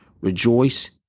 Rejoice